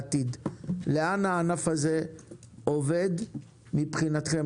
לאן הענף הזה ילך מבחינתכם?